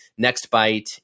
NextBite